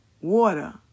water